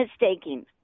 Mistaking